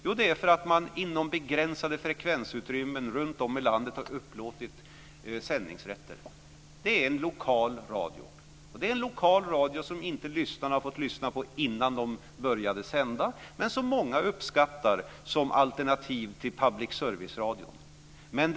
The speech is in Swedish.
Jo, det är för att man inom begränsade frekvensutrymmen runt om i landet har upplåtit sändningsrätter. Det är en lokal radio. Det är en lokal radio som lyssnarna inte har fått lyssna på innan man började sända, men som många uppskattar som alternativ till public service-radion.